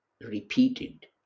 repeated